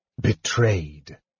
Betrayed